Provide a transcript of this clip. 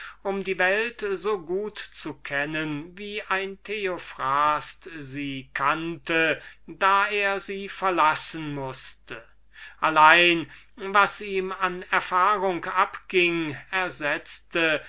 um die welt so gut zu kennen als ein theophrast sie zu der zeit kannte da er sie verlassen mußte allein was ihm an erfahrung abging ersetzte